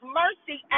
mercy